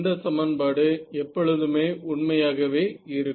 இந்த சமன்பாடு எப்பொழுதுமே உண்மையாகவே இருக்கும்